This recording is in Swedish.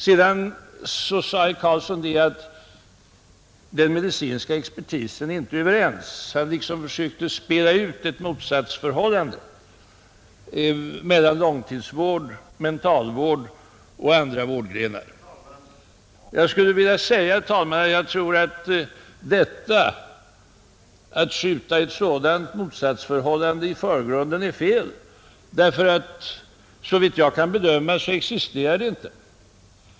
Sedan sade herr Karlsson att den medicinska expertisen inte är överens. Han liksom försökte spela ut ett motsatsförhållande mellan långtidsvård, mentalvård och andra vårdgrenar. Jag skulle vilja säga att det är fel att skjuta ett sådant motsatsförhållande i förgrunden, herr talman, därför att såvitt jag kan bedöma existerar det inte.